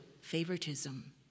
favoritism